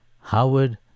Howard